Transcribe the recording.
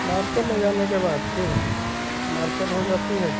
market ले जाने के बाद फिर मार्केट हो जाती है